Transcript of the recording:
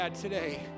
today